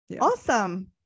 awesome